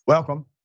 Welcome